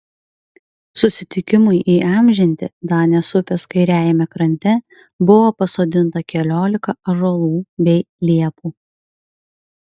susitikimui įamžinti danės upės kairiajame krante buvo pasodinta keliolika ąžuolų bei liepų